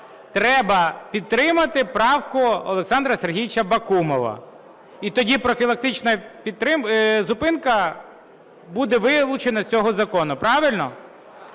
треба підтримати правку Олександра Сергійовича Бакумова, і тоді профілактична зупинка буде вилучена з цього закону, правильно?